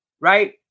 right